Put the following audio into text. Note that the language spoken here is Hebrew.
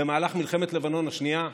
במהלך מלחמת לבנון השנייה?